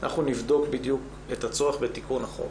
אנחנו נבדוק בדיוק את הצורך בתיקון החוק,